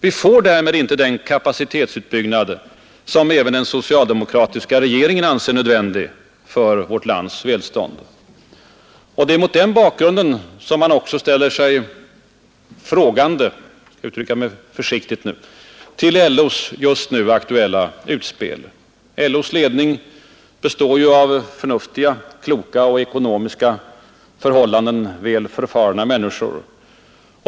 Vi får därmed inte den kapacitetsutbyggnad som även den socialdemokratiska regeringen anser nödvändig för vårt lands välstånd. Och det är mot den bakgrunden som man också ställer sig frågande — för att uttrycka det försiktigt — till LO:s just nu aktuella utspel. LO:s ledning består ju av förnuftiga, kloka och i ekonomiska förhållanden förfarna människor.